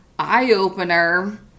eye-opener